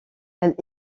elle